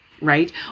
right